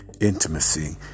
intimacy